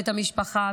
ואת המשפחה,